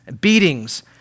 beatings